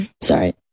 sorry